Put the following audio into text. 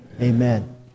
amen